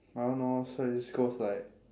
I don't know so it just goes like